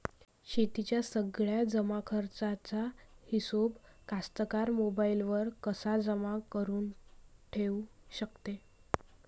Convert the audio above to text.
शेतीच्या सगळ्या जमाखर्चाचा हिशोब कास्तकार मोबाईलवर कसा जमा करुन ठेऊ शकते?